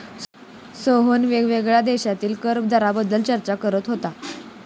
सोहन वेगवेगळ्या देशांतील कर दराबाबत चर्चा करत होता